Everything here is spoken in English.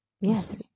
yes